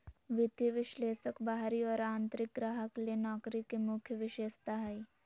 वित्तीय विश्लेषक बाहरी और आंतरिक ग्राहक ले नौकरी के मुख्य विशेषता हइ